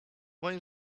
moim